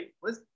right